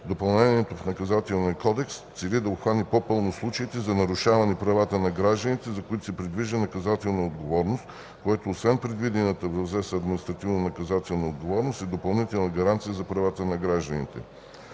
Допълнението в Наказателния кодекс цели да обхване по-пълно случаите на нарушаване правата на гражданите, за които се предвижда наказателна отговорност, което освен предвидената в ЗЕС административно-наказателна отговорност е допълнителна гаранция за правата на гражданите.